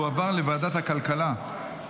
2024, לוועדת הכלכלה נתקבלה.